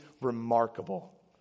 remarkable